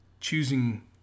choosing